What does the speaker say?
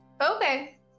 Okay